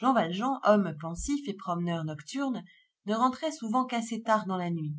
jean valjean homme pensif et promeneur nocturne ne rentrait souvent qu'assez tard dans la nuit